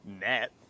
net